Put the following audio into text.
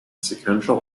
sequential